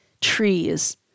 trees